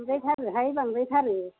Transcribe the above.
बांद्रायथारो हाय बांद्रायथारो